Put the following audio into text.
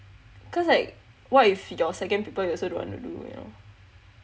cause like what if your second paper you also don't want to do you know